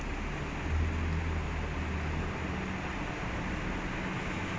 uh I want to do tomorrow okay never mind you are not doing tomorrow